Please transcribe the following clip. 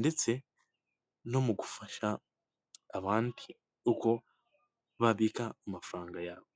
ndetse no mu gufasha abandi uko babika amafaranga yabo.